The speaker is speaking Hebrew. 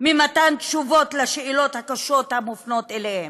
ממתן תשובות לשאלות הקשות המופנות אליהם.